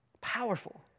Powerful